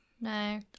No